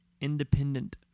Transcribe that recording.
independent